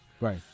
Right